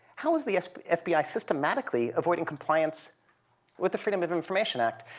how is the fbi systematically avoiding compliance with the freedom of information act?